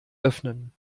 öffnen